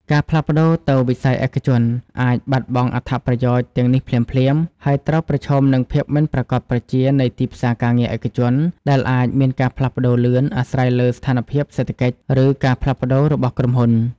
ការផ្លាស់ប្តូរទៅវិស័យឯកជនអាចបាត់បង់អត្ថប្រយោជន៍ទាំងនេះភ្លាមៗ ហើយត្រូវប្រឈមនឹងភាពមិនប្រាកដប្រជានៃទីផ្សារការងារឯកជន ដែលអាចមានការផ្លាស់ប្តូរលឿន អាស្រ័យលើស្ថានភាពសេដ្ឋកិច្ច ឬការផ្លាស់ប្តូររបស់ក្រុមហ៊ុន។